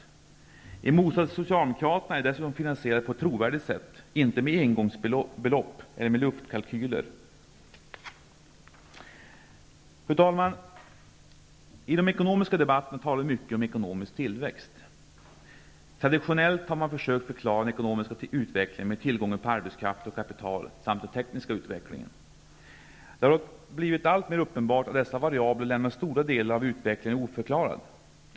I motsats till vad som gäller för Socialdemokraterna är de dessutom finansierade på ett trovärdigt sätt -- alltså inte med engångsbelopp eller med luftkalkyler. Fru talman! I de ekonomiska debatterna talar vi mycket om ekonomisk tillväxt. Traditionellt har man försökt förklara den ekonomiska utvecklingen med tillgången på arbetskraft och kapital samt den tekniska utvecklingen. Det har dock blivit allt mer uppenbart att dessa variabler lämnar stora delar av utvecklingen oförklarade.